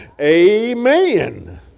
Amen